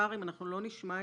אני רוצה לציין איך